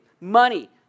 money